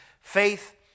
faith